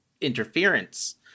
interference